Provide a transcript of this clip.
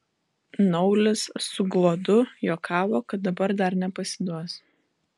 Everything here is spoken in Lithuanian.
naulis su gluodu juokavo kad dabar dar nepasiduos